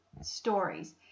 stories